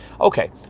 Okay